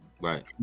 right